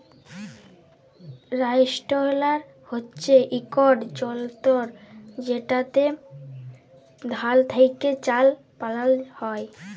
rice huller হছে ইকট যল্তর যেটতে ধাল থ্যাকে চাল বালাল হ্যয়